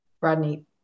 Rodney